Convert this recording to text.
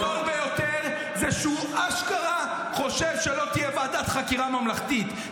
הביזיון הגדול ביותר זה שהוא אשכרה חושב שלא תהיה ועדת חקירה ממלכתית.